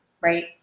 right